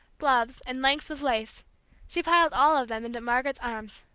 gloves, and lengths of lace she piled all of them into margaret's arms.